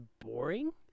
boring